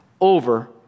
over